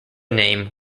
name